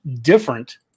different